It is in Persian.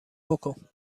بکن